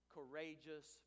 Courageous